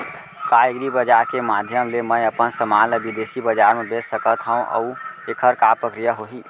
का एग्रीबजार के माधयम ले मैं अपन समान ला बिदेसी बजार मा बेच सकत हव अऊ एखर का प्रक्रिया होही?